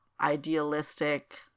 idealistic